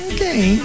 Okay